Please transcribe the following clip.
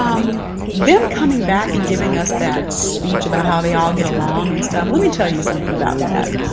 um them coming back and giving us that speech about how they all get along and stuff let me tell you something about that.